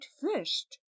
first